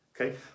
Okay